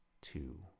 two